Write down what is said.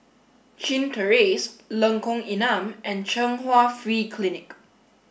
Chin Terrace Lengkong Enam and Chung Hwa Free Clinic